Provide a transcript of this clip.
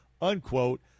unquote